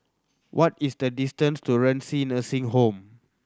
what is the distance to Renci Nursing Home